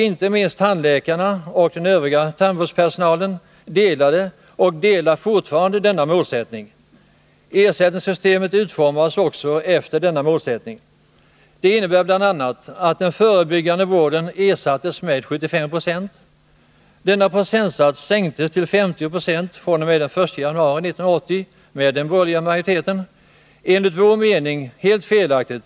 Inte minst tandläkarna och övrig tandvårdspersonal delade och delar fortfarande denna Nr 47 målsättning. Ersättningssystemet utformades också efter denna målsättning. Det innebar bl.a. att arvodet för förebyggande vård ersattes med 75 90. Denna procentsats sänktes av den borgerliga riksdagsmajoriteten till 50 96 från den 1 januari 1980 — vilket enligt vår mening var helt felaktigt.